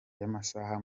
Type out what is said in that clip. y’amasaha